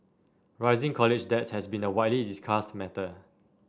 rising college debt has been a widely discussed matter